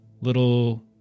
little